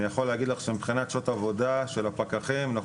אני יכול להגיד לך שמבחינת שעות עבודה של הפקחים אנחנו